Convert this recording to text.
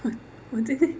我最近